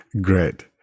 Great